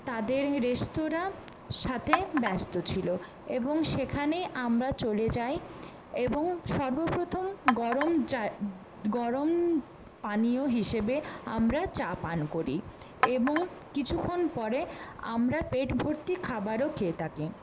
তাদের রেস্তোঁরা সাথে ব্যস্ত ছিলো এবং সেখানে আমরা চলে যাই এবং সর্বপ্রথম গরম চা গরম পানীয় হিসেবে আমরা চা পান করি এবং কিছুক্ষণ পরে আমরা পেট ভর্তি খাবারও খেয়ে থাকি